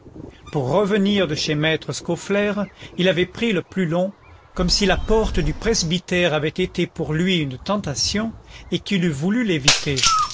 pour revenir de chez maître scaufflaire il avait pris le plus long comme si la porte du presbytère avait été pour lui une tentation et qu'il eût voulu l'éviter